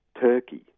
Turkey